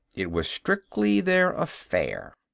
it was strictly their affair.